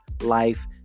life